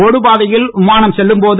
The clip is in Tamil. ஒடுபாதையில் விமானம் செல்லும் போது